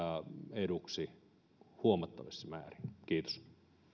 eduksi huomattavassa määrin kiitos